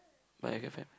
my girlfriend